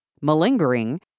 malingering